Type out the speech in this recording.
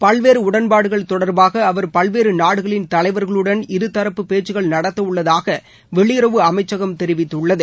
பல்வேறு உடன்பாடுகள் தொடர்பாக அவர் பல்வேறு நாடுகளின் தலைவர்களுடன் இருதரப்பு பேச்கக்கள் நடத்த உள்ளதாக வெளியுறவு அமைச்சகம் தெரிவித்துள்ளது